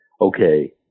okay